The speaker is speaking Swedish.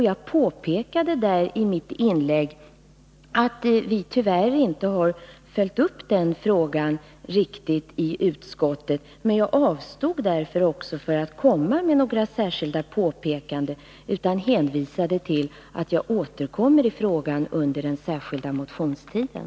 Jag påpekade i mitt inlägg att vi tyvärr inte har följt upp den frågan riktigt i utskottet, men jag avstod från att göra några särskilda påpekanden och hänvisade till att jag återkommer till frågan under den allmänna motionstiden.